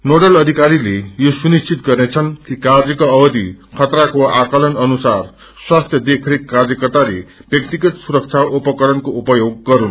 nodal अधिकारीले यो घुनिश्वित गर्ने छन् कि कार्यको अवधि खतराको आकंलन अनुसार स्वास्थि देखरेख कार्यकर्ताले व्याक्तिगत सुरक्षा उपकरणको उपयोग गरूनु